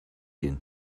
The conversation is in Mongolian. гэнэ